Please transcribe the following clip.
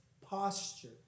posture